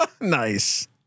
nice